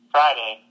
Friday